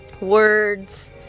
words